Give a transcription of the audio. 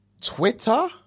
twitter